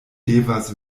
devas